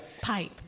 Pipe